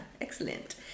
Excellent